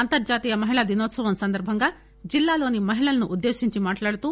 అంతర్లాతీయ మహిళాదినోత్సవం సందర్బంగా జిల్లాలోని మహిళలను ఉద్దేశించి మాట్లాడుతూ